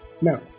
Now